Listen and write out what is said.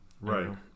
Right